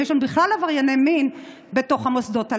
בכלל יש לנו עברייני מין בתוך המוסדות הללו.